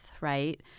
right